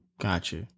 Gotcha